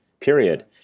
period